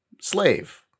slave